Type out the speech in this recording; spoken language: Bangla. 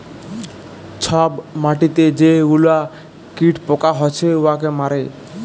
ছব মাটিতে যে গুলা কীট পকা হছে উয়াকে মারে